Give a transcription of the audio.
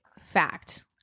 fact